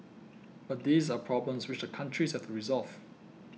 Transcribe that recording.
but these are problems which the countries have to resolve